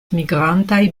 migrantaj